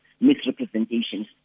misrepresentations